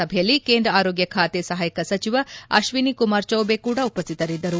ಸಭೆಯಲ್ಲಿ ಕೇಂದ್ರ ಆರೋಗ್ಯ ಖಾತೆ ಸಹಾಯಕ ಸಚಿವ ಅಕ್ಷನಿ ಕುಮಾರ್ ಚೌಬೆ ಕೂಡ ಉಪಸ್ವಿತರಿದ್ದರು